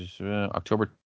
October